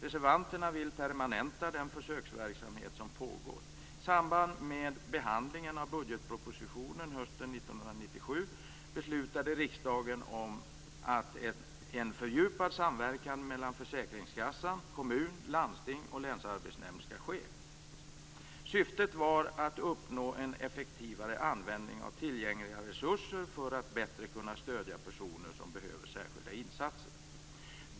Reservanterna vill permanenta den försöksverksamhet som pågått. I samband med behandlingen av budgetpropositionen hösten 1997 beslutade riksdagen om att en fördjupad samverkan mellan försäkringskassan, kommun, landsting och länsarbetsnämnd skall ske. Syftet var att uppnå en effektivare användning av tillgängliga resurser för att bättre kunna stödja personer som behöver särskilda insatser.